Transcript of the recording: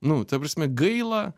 nu ta prasme gaila